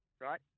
right